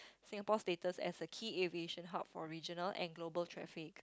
Singapore's status as a key aviation hub for regional and global traffic